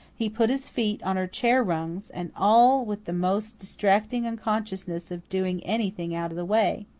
he put his feet on her chair rungs and all with the most distracting unconsciousness of doing anything out of the way.